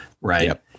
right